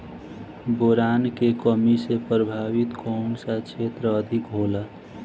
Boron के कमी से प्रभावित कौन सा क्षेत्र अधिक होला?